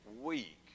week